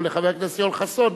או לחבר הכנסת יואל חסון,